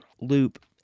loop